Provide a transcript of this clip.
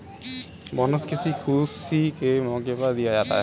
bonus किसी खुशी के मौके पर दिया जा सकता है